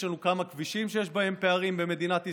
יש לנו כמה כבישים שיש בהם פערים במדינת ישראל,